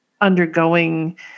undergoing